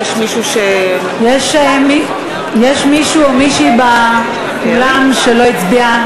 יש מישהו או מישהי באולם שלא הצביע?